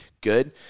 good